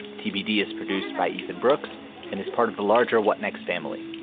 tbd is produced by ethan brooks and is part of the larger what next family.